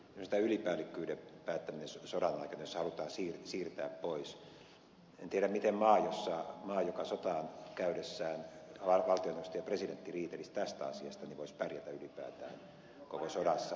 jos ylipäällikkyyden päättäminen sodan aikana halutaan siirtää pois en tiedä miten maa jossa sotaan käydessään valtioneuvosto ja presidentti riitelisivät tästä asiasta voisi pärjätä ylipäätään koko sodassa